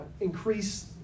increase